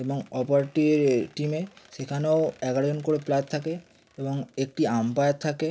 এবং অপরটির টিমে সেখানেও এগারোজন করে প্লেয়ার থাকে এবং একটি আম্পায়ার থাকে